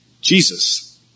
Jesus